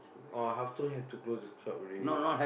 oh afternoon have to close the shop already ah